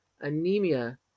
anemia